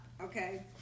Okay